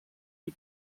die